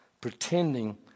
Pretending